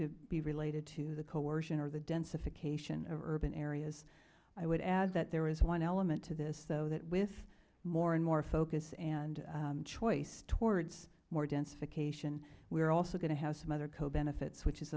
to be related to the coercion or the densification of urban areas i would add that there is one element to this so that with more and more focus and choice towards more dense vacation we are also going to have some other co benefits which is